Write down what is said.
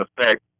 effect